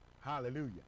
hallelujah